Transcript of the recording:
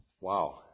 Wow